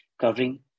covering